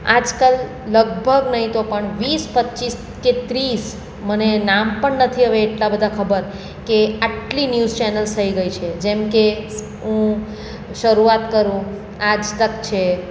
આજકાલ લગભગ નહિ તો પણ વીસ પચીસ કે ત્રીસ મને નામ પણ નથી હવે એટલા બધા ખબર કે આટલી ન્યૂઝ ચેનલ્સ થઈ ગઈ છે જેમ કે શરૂઆત કરું આજતક છે